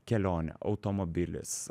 kelionė automobilis